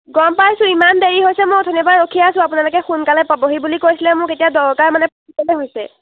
গম পাইছোঁ ইমান দেৰি হৈছে মই অথনিৰ পৰা ৰখি আছোঁ আপোনালোকে সোনকালে পাবহি বুলি কৈছিলে মোক এতিয়া দৰকাৰ মানে হৈছে